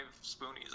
Spoonies